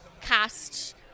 cast